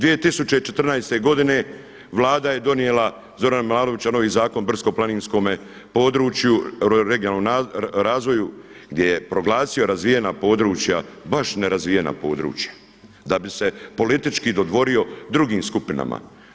2014. godine Vlada je donijela Zorana Milanovića novi Zakon o brdsko-planinskome području regionalnom razvoju, gdje je proglasio razvijena područja baš nerazvijena područja da bi se politički dodvorio drugim skupinama.